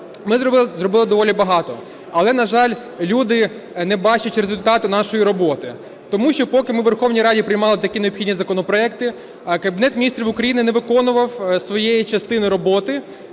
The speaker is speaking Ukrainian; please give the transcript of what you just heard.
Ми зробили доволі багато, але, на жаль, люди не бачать результату нашої роботи, тому що, поки ми у Верховній Раді приймали такі необхідні законопроекти, Кабінет Міністрів України не виконував своєї частини роботи,